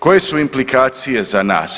Koje su implikacije za nas?